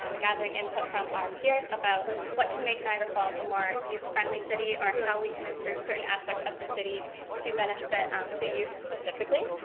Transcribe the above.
um gathering input from our peers about what can make niagara falls a more youth friendly city or how we can improve certain aspects of the city to benefit um the youth specifically.